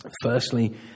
Firstly